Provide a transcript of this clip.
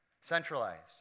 Centralized